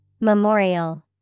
Memorial